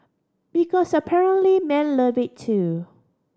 because apparently men love it too